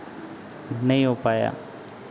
नहीं हो पाया